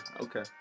Okay